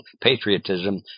patriotism